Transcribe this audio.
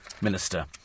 Minister